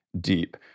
deep